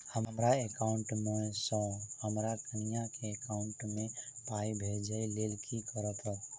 हमरा एकाउंट मे सऽ हम्मर कनिया केँ एकाउंट मै पाई भेजइ लेल की करऽ पड़त?